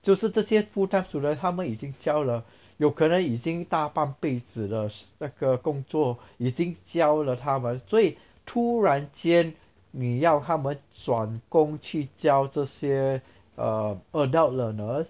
就是这些 full time student 他们已经教了有可能已经大半辈子了那个工作已经教了他们所以突然间你要他们转工去教这些 err adult learner